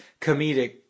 comedic